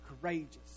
courageous